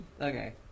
Okay